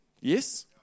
Yes